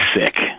sick